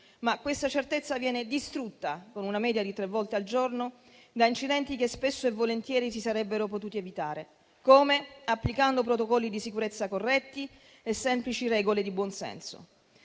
Ma questa certezza viene distrutta con una media di tre volte al giorno da incidenti che spesso e volentieri si sarebbero potuti evitare. Come? Applicando protocolli di sicurezza corretti e semplici regole di buonsenso.